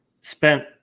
spent